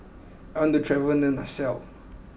I want to travel to Nassau